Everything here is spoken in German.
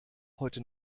heute